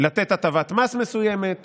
לתת הטבת מס מסוימת,